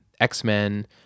X-Men